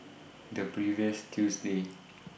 The previous Tuesday